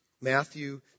Matthew